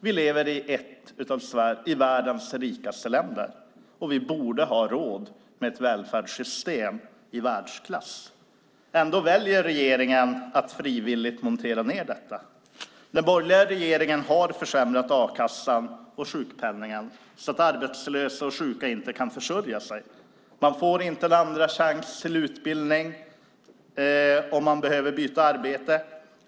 Vi lever i ett av världens rikaste länder, och vi borde ha råd med ett välfärdssystem i världsklass. Ändå väljer regeringen att frivilligt montera ned detta. Den borgerliga regeringen har försämrat a-kassan och sjukpenningen så att arbetslösa och sjuka inte kan försörja sig. Man får inte en andra chans till utbildning om man behöver byta arbete.